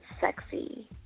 sexy